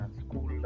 school